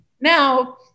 Now